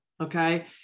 okay